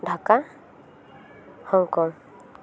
Dhaka ᱦᱚᱝᱠᱚᱧ